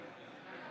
נגד